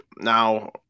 now